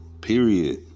Period